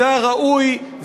זה הראוי,